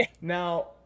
now